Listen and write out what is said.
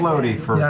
floaty for